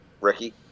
ricky